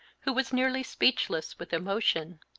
who was nearly speechless with emotion.